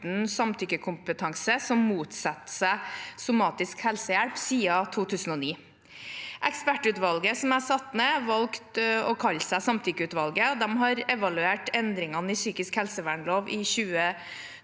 samtykkekompetanse som motsetter seg somatisk helsehjelp, siden 2009. Ekspertutvalget som jeg satte ned, valgte å kalle seg samtykkeutvalget, og de har evaluert endringene i psykisk helsevernloven i 2017